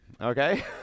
Okay